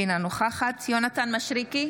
אינה נוכחת יונתן מישרקי,